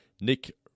Nick